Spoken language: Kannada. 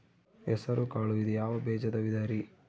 ಹೆಸರುಕಾಳು ಇದು ಯಾವ ಬೇಜದ ವಿಧರಿ?